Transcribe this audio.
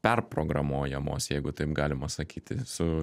perprogramuojamos jeigu taip galima sakyti su